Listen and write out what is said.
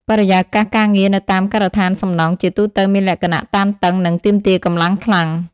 បរិយាកាសការងារនៅតាមការដ្ឋានសំណង់ជាទូទៅមានលក្ខណៈតានតឹងនិងទាមទារកម្លាំងខ្លាំង។